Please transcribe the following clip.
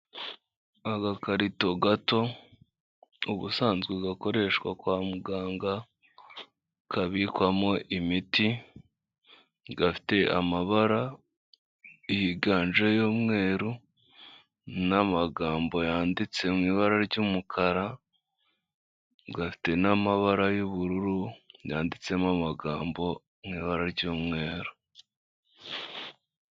Agakarito gato, ubusanzwe gakoreshwa kwa muganga, kabikwamo imiti, gafite amabara yiganje y'umweru, n'amagambo yanditse mu ibara ry'umukara, gafite n'amabara y'ubururu yanditsemo amagambo mu ibara ry'umweru.